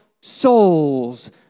souls